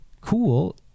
Cool